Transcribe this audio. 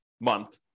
month